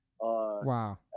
Wow